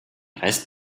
rest